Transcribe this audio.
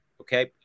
okay